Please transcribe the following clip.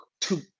two